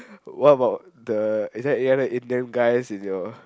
what about the is there any other Indians guys in your